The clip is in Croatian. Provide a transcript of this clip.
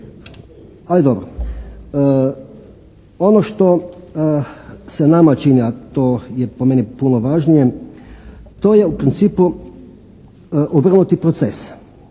ali dobro. Ono što se nama čini, a to je po meni puno važnije to je u principu obrnuti proces.